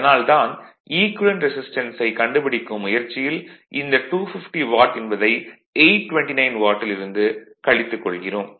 அதனால் தான் ஈக்குவேலன்ட் ரெசிஸ்டன்ஸைக் கண்டுபிடிக்கும் முயற்சியில் இந்த 250 வாட் என்பதை 829 வாட்டில் இருந்து கழித்துக் கொள்கிறோம்